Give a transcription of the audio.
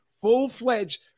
full-fledged